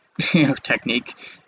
technique